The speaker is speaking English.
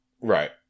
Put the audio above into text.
Right